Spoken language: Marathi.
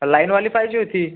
लाईनवाली पाहिजे होती